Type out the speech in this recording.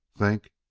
think?